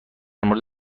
مورد